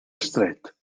estret